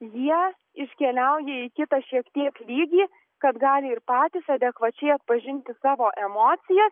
jie iškeliauja į kitą šiek tiek lygį kad gali ir patys adekvačiai atpažinti savo emocijas